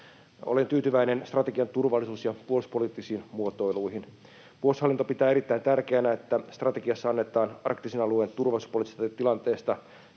Olen tyytyväinen strategian turvallisuus- ja puolustuspoliittisiin muotoiluihin. Puolustushallinto pitää erittäin tärkeänä, että strategiassa annetaan arktisen alueen turvallisuuspoliittisesta tilanteesta